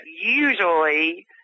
usually